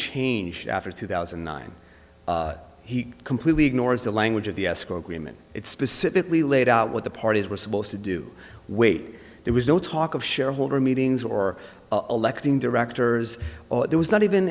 changed after two thousand and nine he completely ignores the language of the escrow agreement it specifically laid out what the parties were supposed to do wait there was no talk of shareholder meetings or a lectern directors there was not even